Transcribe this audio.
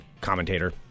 commentator